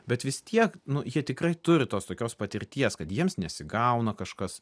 bet vis tiek nu jie tikrai turi tos tokios patirties kad jiems nesigauna kažkas